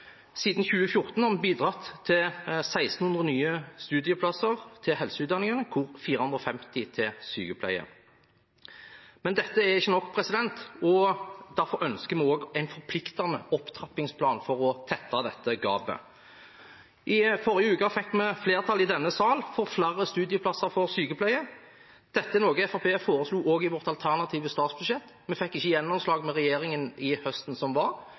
Siden 2014 har vi bidratt til 1 600 nye studieplasser til helseutdanningene, hvorav 450 er til sykepleie. Men dette er ikke nok, derfor ønsker vi en forpliktende opptrappingsplan for å tette dette gapet. I forrige uke fikk vi flertall i denne sal for flere studieplasser til sykepleie. Dette er noe Fremskrittspartiet også foreslo i sitt alternative statsbudsjett. Vi fikk ikke gjennomslag med regjeringen høsten som var,